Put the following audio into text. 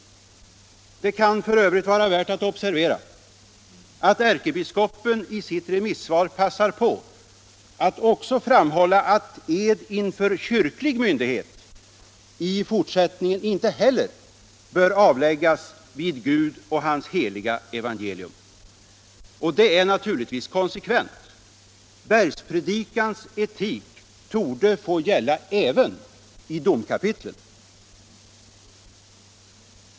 Det kan f. ö. vara värt att observera att ärkebiskopen i sitt remissvar passar på att också framhålla att ed inför kyrklig myndighet i fortsättningen inte heller bör avläggas ”vid Gud och hans heliga evangelium”. Det är naturligtvis konsekvent — Bergspredikans etik torde få gälla även i domkapitlen!